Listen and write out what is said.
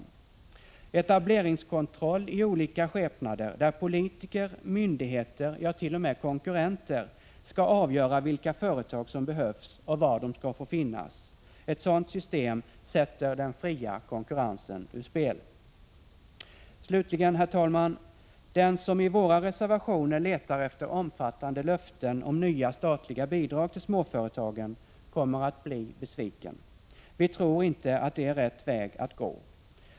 Ett system med etableringskontroll i olika skepnader, där politiker, myndigheter, ja till och med konkurrenter skall avgöra vilka företag som behövs och var de skall få finnas, sätter den fria konkurrensen ur spel. Slutligen, herr talman: Den som i våra reservationer letar efter omfattande löften om nya statliga bidrag till småföretagen kommer att bli besviken. Vi tror inte att det är rätt väg att gå.